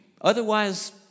Otherwise